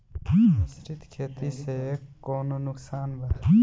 मिश्रित खेती से कौनो नुकसान बा?